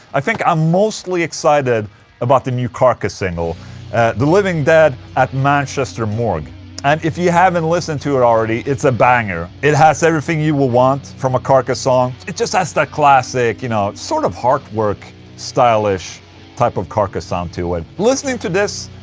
i think i'm mostly excited about the new carcass single the living dead at the manchester morgue and if you haven't listened to it already, it's a banger it has everything you would want from a carcass song it just has that classic, you know, sort of heartwork stylish type of carcass sound to it listening to this.